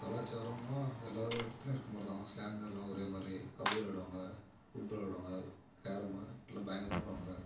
கலாச்சாரம்னால் எல்லா இடத்துலையும் இருக்க மாதிரி தான் ஸ்லாங்கு எல்லாம் ஒரே மாதிரி கபடி விளையாடுவாங்க புட் பால் விளையாடுவாங்க கேரமு எல்லாம் பயங்கரமாக விளையாடுவானுங்க